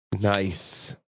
Nice